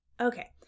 Okay